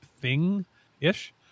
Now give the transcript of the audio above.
thing-ish